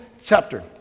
chapter